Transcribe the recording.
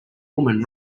woman